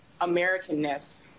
Americanness